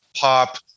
pop